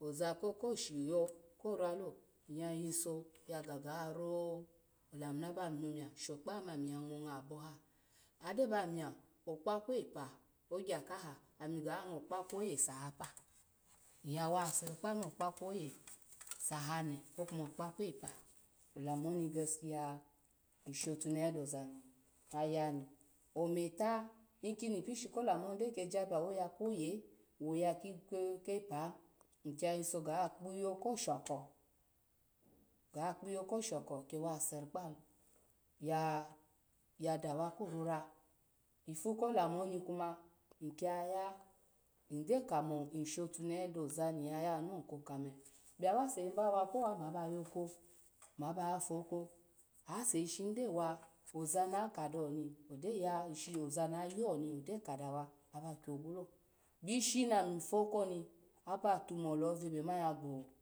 oza ko shivo koralo, nya yiso ga miny lamu naba sho kpagye ome ani ya ga nwo aboha agyo ba bwo ogyo kaha okpaku epa ami ya ngwo ekpaku sahapa nyya seri kpanu okpaku one sahapa kwokwoma okpaku epu gesikiya nnya shotunehe dozani avani, ometa, inkoni ipishi kolamuni gyoja bio woye koye oye kepa ny kiya yiso ga kiyo ko shoko, ga kiyo kosho kowa seri kpanu kuwa dawa korara ifu ko lamu honi kuma in ki yaya in gyo mu shotunehe lo ny kokame awase ni ba wakowa pwo ko ko yayani bi owa se shini gyoto wa, ogyo kadawa ozam oyam ogyo kadawa aba kyogu lo, ishi nami pwo ko ni abatomoloho zabema yago